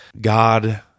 god